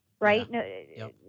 right